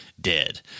dead